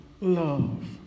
love